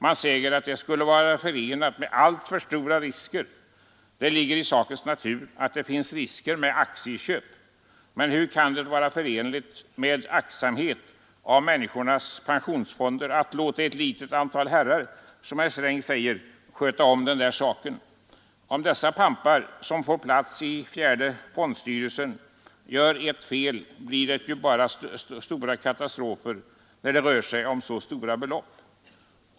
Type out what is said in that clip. Man säger att det skulle vara förenat med alltför stora risker. Det ligger i sakens natur att det finns risker med aktieköp. Men hur kan det vara förenligt med aktsamhet om människornas pensionsfonder att låta ett litet antal herrar, som herr Sträng säger, sköta den saken? Om de pampar som får plats i fjärde fondstyrelsen gör ett fel blir det ju stora katastrofer, eftersom det rör sig om så höga belopp.